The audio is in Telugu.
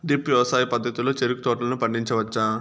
డ్రిప్ వ్యవసాయ పద్ధతిలో చెరుకు తోటలను పండించవచ్చా